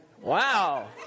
Wow